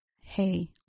Hey